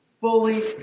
Fully